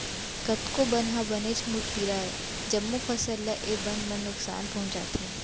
कतको बन ह बनेच मुड़पीरा अय, जम्मो फसल ल ए बन मन नुकसान पहुँचाथे